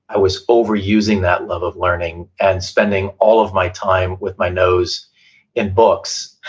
i was overusing that love of learning, and spending all of my time with my nose in books,